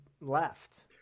left